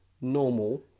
normal